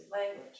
language